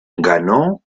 ganó